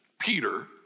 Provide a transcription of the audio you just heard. Peter